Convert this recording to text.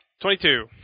Twenty-two